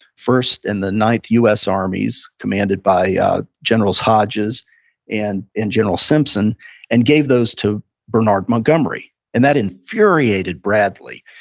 first and the ninth u s. armies commanded by ah generals hodges and and general simpson and gave those to bernard montgomery and that infuriated bradley.